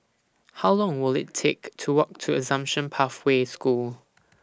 How Long Will IT Take to Walk to Assumption Pathway School